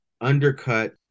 undercut